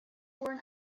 born